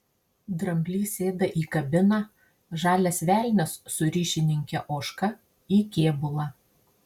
dramblys sėda į kabiną žalias velnias su ryšininke ožka į kėbulą